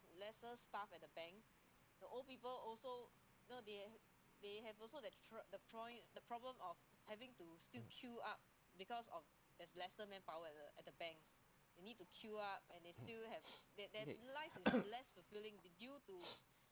okay